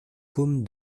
côme